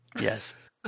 Yes